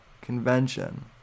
convention